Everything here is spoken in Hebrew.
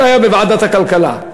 למי שהיה בוועדת הכלכלה: